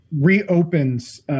reopens